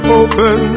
open